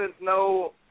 no